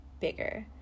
bigger